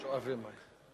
שואבי מים.